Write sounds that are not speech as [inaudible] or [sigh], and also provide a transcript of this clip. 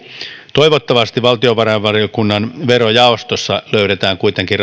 toivottavasti valtiovarainvaliokunnan verojaostossa löydetään kuitenkin [unintelligible]